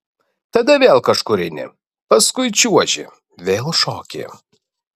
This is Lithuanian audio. tada vėl kažkur eini paskui čiuoži vėl šoki